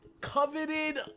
coveted